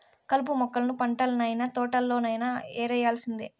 కలుపు మొక్కలను పంటల్లనైన, తోటల్లోనైన యేరేయాల్సిందే